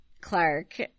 Clark